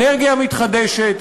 אנרגיה מתחדשת,